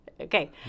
Okay